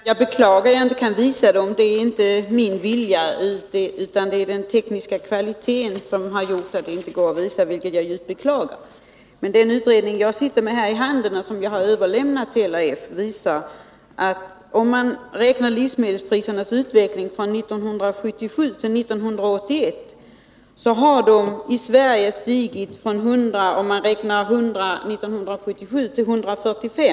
Herr talman! Jag beklagar att jag inte kan visa dessa utredningar. Det är inte avsiktligt, utan det beror på den dåliga tekniska kvaliteten. I den utredning som jag har framför mig och som jag också har överlämnat till LRF finns siffror på livsmedelsprisernas utveckling från 1977-1981. Med ett index på 100 år 1977 har de stigit till 145 år 1981.